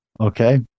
Okay